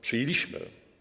Przyjęliśmy.